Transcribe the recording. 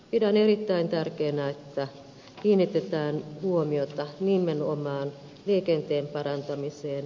pidän erittäin tärkeänä että kiinnitetään huomiota nimenomaan liikenteen parantamiseen